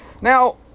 Now